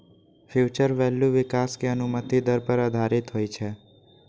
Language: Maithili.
फ्यूचर वैल्यू विकास के अनुमानित दर पर आधारित होइ छै